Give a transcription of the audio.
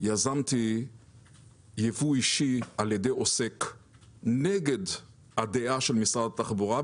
יזמתי ייבוא אישי על ידי עוסק נגד הדעה של משרד התחבורה,